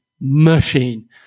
machine